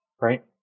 right